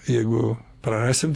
jeigu prarasim